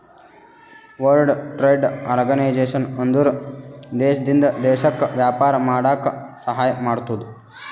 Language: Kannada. ವರ್ಲ್ಡ್ ಟ್ರೇಡ್ ಆರ್ಗನೈಜೇಷನ್ ಅಂದುರ್ ದೇಶದಿಂದ್ ದೇಶಕ್ಕ ವ್ಯಾಪಾರ ಮಾಡಾಕ ಸಹಾಯ ಮಾಡ್ತುದ್